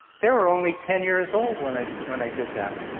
they were only ten years old when i when i did that.